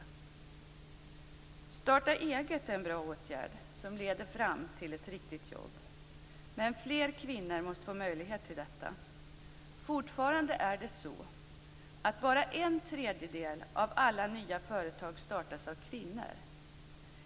Att starta eget är en bra åtgärd, som leder fram till ett riktigt jobb, men fler kvinnor måste få möjlighet till detta. Fortfarande är det så att bara en tredjedel av alla nya företag startas av kvinnor.